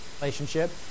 relationship